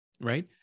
Right